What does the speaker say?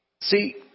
See